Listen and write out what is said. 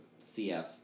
CF